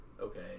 okay